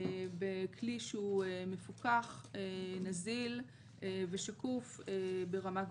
בכלי שהוא מפוקח, נזיל ושקוף ברמה גבוהה.